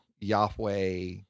Yahweh